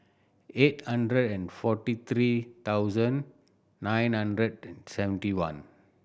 eight hundred and forty three thousand nine hundred and seventy one